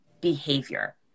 behavior